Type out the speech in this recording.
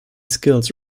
skills